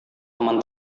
teman